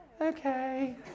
okay